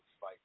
fight